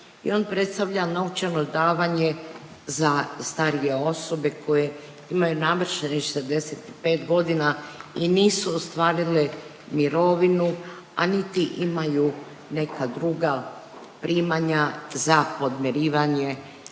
i on predstavlja novčano davanje za starije osobe koje imaju navršenih 65 godina i nisu ostvarili mirovinu, a niti imaju neka druga primanja za podmirivanje